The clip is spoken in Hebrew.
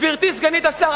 גברתי סגנית השר,